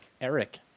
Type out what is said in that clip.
Eric